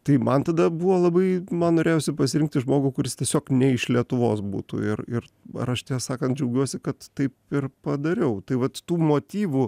tai man tada buvo labai man norėjosi pasirinkti žmogų kuris tiesiog ne iš lietuvos būtų ir ir ar aš tiesą sakant džiaugiuosi kad taip ir padariau tai vat tų motyvų